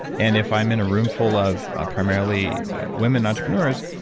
and if i'm in a room full of ah primarily women entrepreneurs,